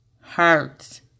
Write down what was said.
hurts